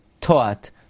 taught